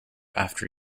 after